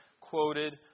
quoted